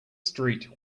street